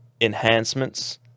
enhancements